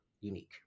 unique